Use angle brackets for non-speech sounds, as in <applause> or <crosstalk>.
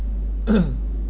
<coughs>